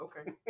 Okay